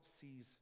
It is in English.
sees